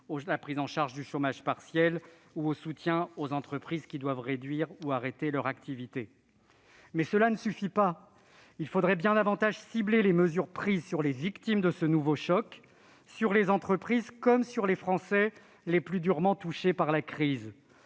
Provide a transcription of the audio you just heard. la prise en charge du chômage partiel et le soutien aux entreprises qui doivent réduire ou arrêter leur activité. Toutefois, cela ne suffit pas. Il faudrait que les mesures qui ont été prises soient bien davantage ciblées sur les victimes de ce nouveau choc, sur les entreprises comme sur les Français les plus durement touchés par la crise.